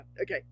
okay